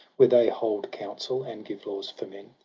where they hold council, and give laws for men.